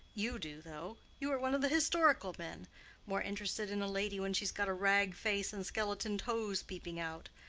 you do, though. you are one of the historical men more interested in a lady when she's got a rag face and skeleton toes peeping out.